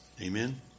Amen